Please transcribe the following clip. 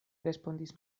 respondis